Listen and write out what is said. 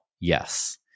Yes